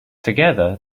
together